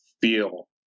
feel